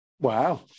Wow